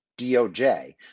DOJ